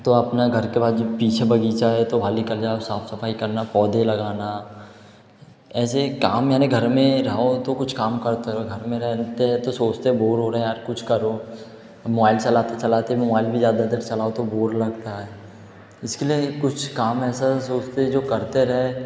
तो अपनए घर के बाज़ू पीछे बग़ीचा है तो वहाँ निकल जाओ साफ़ सफ़ाई करना पौधे लगाना ऐसे काम यानी घर में रहो तो कुछ काम करते रहो घर में रहते हैं तो सोचते हैं बोर हो रहें यार कुछ करो मोवाइल चलाते चलाते मोबाइल भी ज़्यादा देर चलाओ तो बोर लगता है इसके लिए कुछ काम ऐसा सोचते हैं जो करते रहें